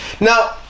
Now